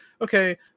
okay